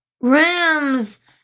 Rams